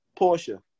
Porsche